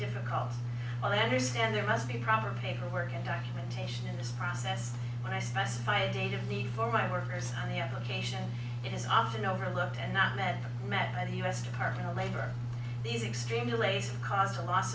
difficult while i understand there must be proper paperwork and documentation in this process when i specify a date of need for my workers on the application it is often overlooked and not met by the u s department of labor these extreme delays have caused a lo